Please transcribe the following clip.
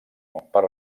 per